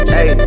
Hey